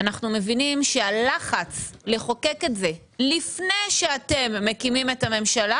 אנחנו מבינים שהלחץ לחוקק את זה לפני שאתם מקימים את הממשלה,